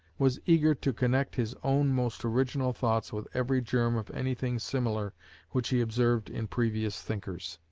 was eager to connect his own most original thoughts with every germ of anything similar which he observed in previous thinkers.